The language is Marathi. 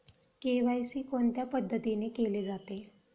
के.वाय.सी कोणत्या पद्धतीने केले जाते?